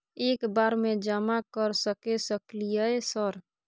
एक बार में जमा कर सके सकलियै सर?